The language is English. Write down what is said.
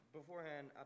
beforehand